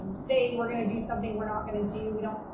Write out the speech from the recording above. um say we're gonna do something we're not going to do. we don't,